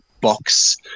box